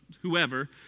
whoever